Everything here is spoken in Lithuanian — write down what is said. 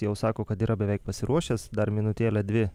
jau sako kad yra beveik pasiruošęs dar minutėlę dvi